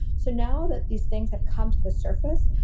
so now that these things have come to the surface,